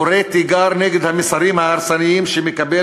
קורא תיגר על המסרים ההרסניים שהוא מקבל